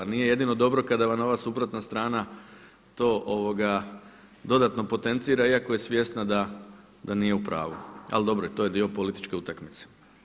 Nije jedino dobro kada vam ova suprotna strana to dodatno potencira iako je svjesna da nije u pravu, ali dobro i to je dio političke utakmice.